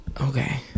Okay